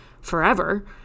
forever